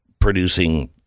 producing